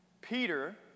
Peter